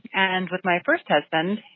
and with my first husband,